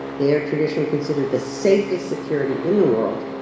they are traditionally considered the safest security in the world.